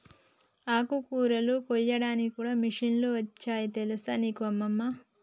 ఆకుకూరలు కోయడానికి కూడా మిషన్లు వచ్చాయి తెలుసా నీకు అమ్మమ్మ